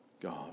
God